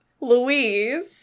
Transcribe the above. Louise